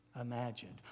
Imagined